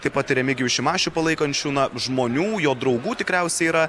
taip pat ir remigijų šimašių palaikančių na žmonių jo draugų tikriausiai yra